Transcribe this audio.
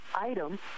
item